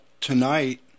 tonight